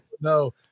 No